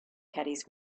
caddies